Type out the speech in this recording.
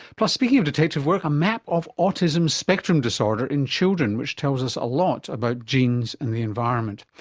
plus, speaking of detective work, a map of autism spectrum disorder in children which tells us a lot about genes and the environment.